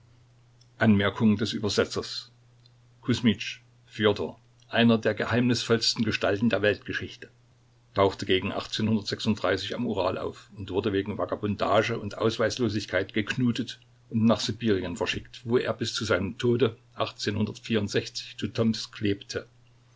kusmitsch fjodor eine der geheimnisvollsten gestalten der weltgeschichte tauchte gegen moral auf und wurde wegen vagabundage und ausweislosigkeit geknutet und nach sibirien verschickt wo er bis zu seinem tode zues klebte